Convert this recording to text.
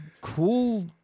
cool